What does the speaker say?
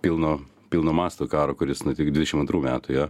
pilno pilno masto karo kuris iki dvidešim antrų metų ėjo